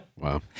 Wow